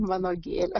mano gėlės